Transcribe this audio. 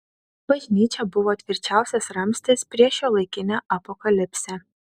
bažnyčia buvo tvirčiausias ramstis prieš šiuolaikinę apokalipsę